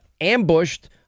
ambushed